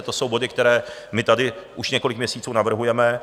To jsou body, které my tady už několik měsíců navrhujeme.